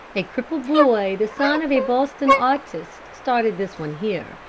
a cripple boy, the son of a boston artist, started this one here.